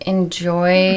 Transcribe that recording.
Enjoy